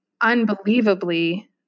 unbelievably